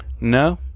no